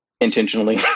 intentionally